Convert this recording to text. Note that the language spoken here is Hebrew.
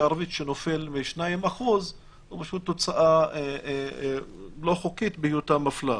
הערבית שנופל מ-2% הוא פשוט תוצאה לא חוקית בהיותה מפלה.